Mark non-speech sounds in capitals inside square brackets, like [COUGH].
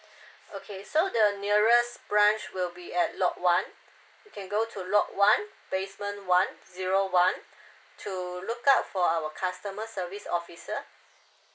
[BREATH] okay so the nearest branch will be at lot one you can go to lot one basement one zero one [BREATH] to look up for our customer service officer